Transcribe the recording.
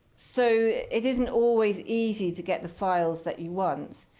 so it isn't always easy to get the files that you want.